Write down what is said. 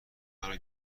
مرا